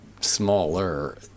smaller